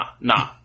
nah